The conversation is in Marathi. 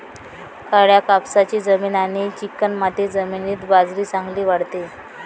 काळ्या कापसाची जमीन आणि चिकणमाती जमिनीत बाजरी चांगली वाढते